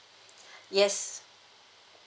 yes